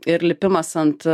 ir lipimas ant